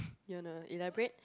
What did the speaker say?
you wanna elaborate